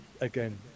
again